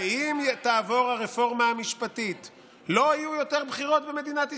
שאם תעבור הרפורמה המשפטית לא יהיו יותר בחירות במדינת ישראל,